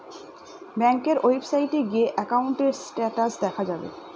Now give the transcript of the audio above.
ব্যাঙ্কের ওয়েবসাইটে গিয়ে একাউন্টের স্টেটাস দেখা যাবে